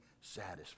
satisfied